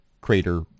crater